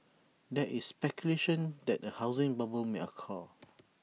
there is speculation that A housing bubble may occur